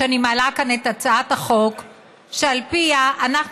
שאני מעלה כאן את הצעת החוק שעל פיה אנחנו,